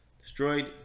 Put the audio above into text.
destroyed